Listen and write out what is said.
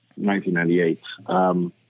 1998